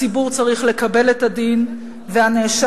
הציבור צריך לקבל את הדין והנאשם,